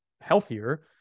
healthier